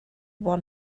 one